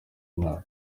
mwaka